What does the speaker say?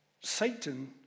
Satan